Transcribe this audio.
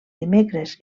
dimecres